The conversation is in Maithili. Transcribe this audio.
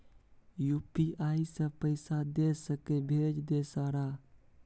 यु.पी.आई से पैसा दे सके भेज दे सारा?